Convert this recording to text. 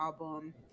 album